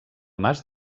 mas